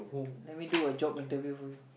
let me do a job interview for you